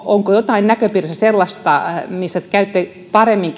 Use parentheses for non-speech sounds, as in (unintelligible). onko näköpiirissä jotain sellaista että todella käytte paremmin (unintelligible)